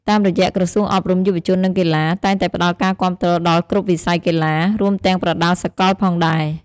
តាមរយៈក្រសួងអប់រំ យុវជន និងកីឡា តែងតែផ្តល់ការគាំទ្រដល់គ្រប់វិស័យកីឡា រួមទាំងប្រដាល់សកលផងដែរ។